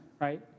right